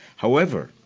however,